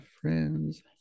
friends